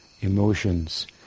emotions